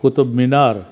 Qutub Minar